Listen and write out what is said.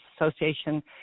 Association